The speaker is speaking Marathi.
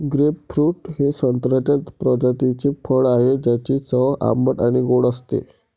ग्रेपफ्रूट हे संत्र्याच्या प्रजातीचे फळ आहे, ज्याची चव आंबट आणि गोड असते